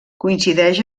coincideix